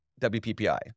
WPPI